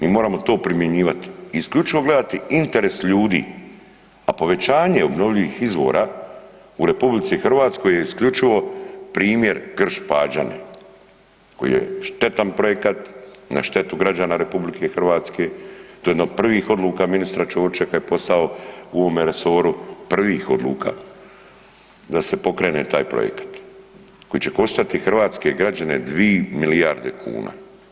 Mi moramo to primjenjivati i isključivo gledati interes ljudi, a povećanje obnovljivih izvora u RH je isključivo primjer Krš-Pađene koji je štetan projekat, na štetu građana RH, to je jedna od prvih odluka ministra Ćorića kad je postao u ovome resoru, prvih odluka da se pokrene taj projekat koji će koštati hrvatske građane 2 milijarde kuna.